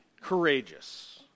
courageous